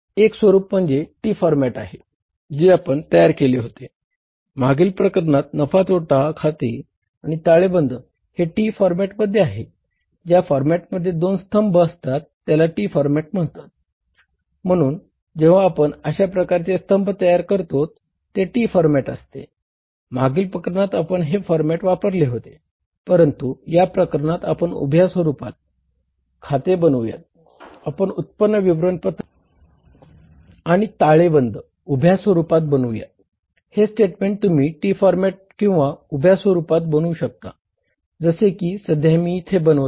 एक स्वरूप म्हणजे T फॉरमॅट आहे जे आपण तयार केले होते मागील प्रकरणात नफा तोटा खाते आणि ताळेबंद हे T फॉरमॅटमध्ये आहे ज्या फॉरमॅटमध्ये दोन स्तंभ बनवू शकता जसे कि सध्या मी इथे बनवत आहे